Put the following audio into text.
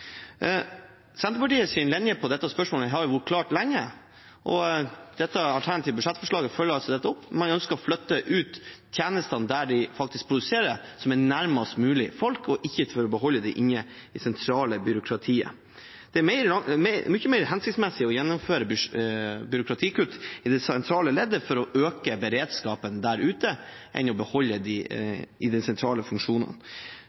Senterpartiets linje i dette spørsmålet har vært klar lenge, og dette alternative budsjettforslaget følger altså opp det. Man ønsker å flytte tjenestene ut der de faktisk produseres, som er nærmest mulig folk, og ikke beholde dem inne i det sentrale byråkratiet. Det er mye mer hensiktsmessig å gjennomføre byråkratikutt i det sentrale leddet for å øke beredskapen der ute enn å